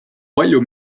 palju